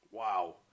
wow